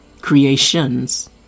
creations